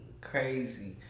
crazy